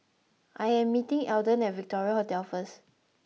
I am meeting Alden at Victoria Hotel first